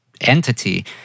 entity